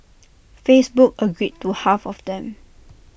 Facebook agreed to half of them